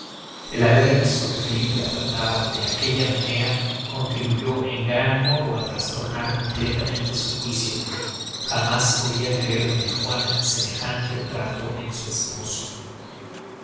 el haber visto que felipe la trataba de aquella manera contribuyó en gran modo á trastornar completamente su juicio jamás podia creer doña juana semejante trato en su esposo